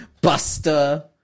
Buster